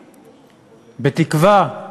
בתקווה,